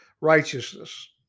righteousness